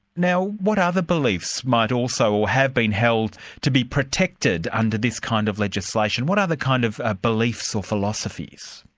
now what other beliefs might also, or have been held to be protected under this kind of legislation? what other kind of ah beliefs or philosophies?